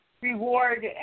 reward